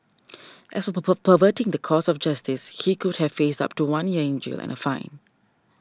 as for perverting the course of justice he could have faced up to one year in jail and a fine